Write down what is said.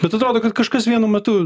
bet atrodo kad kažkas vienu metu